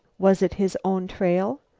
was it his own trail,